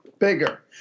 Bigger